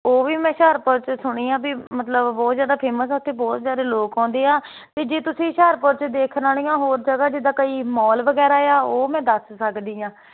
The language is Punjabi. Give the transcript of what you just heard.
ਉਹ ਵੀ ਮੈਂ ਹੁਸ਼ਿਆਰਪੁਰ 'ਚ ਸੁਣੇ ਆ ਵੀ ਮਤਲਵ ਬਹੁਤ ਜਿਆਦਾ ਫੇਮਸ ਆ ਉੱਥੇ ਬਹੁਤ ਜਿਆਦਾ ਲੋਕ ਆਉਂਦੇ ਆ ਤੇ ਜੇ ਤੁਸੀਂ ਹੁਸ਼ਿਆਰਪੁਰ ਚ ਦੇਖਣ ਆਲੀਆ ਹੋਰ ਜਗਾ ਜਿੱਦਾਂ ਕਈ ਮੋਲ ਵਗੈਰਾ ਜਾਂ ਉਹ ਮੈਂ ਦੱਸ ਸਕਦੀ ਆਂ